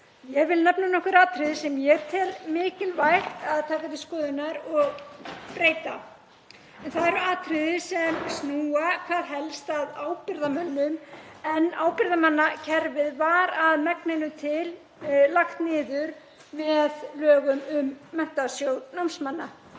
Ég vil nefna nokkur atriði sem ég tel mikilvægt að taka til skoðunar og breyta. Það eru atriði sem snúa hvað helst að ábyrgðarmönnum en ábyrgðarmannakerfið var að megninu til lagt niður með lögum um Menntasjóð námsmanna.